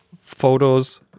photos